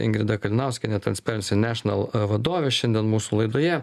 ingrida kalinauskienė transparency national vadovė šiandien mūsų laidoje